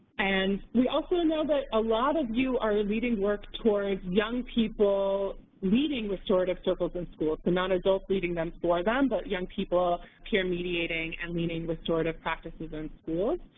and we also know that a lot of you are leading work towards young people leading restorative circles in schools, so not adults leading them for them, but young people peer mediating and leading restorative practices in schools.